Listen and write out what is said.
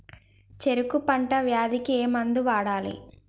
చెరుకు పంట వ్యాధి కి ఏ మందు వాడాలి?